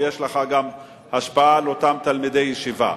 ויש לך השפעה על אותם תלמידי ישיבה,